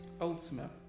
ultimate